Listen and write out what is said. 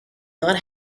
not